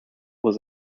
was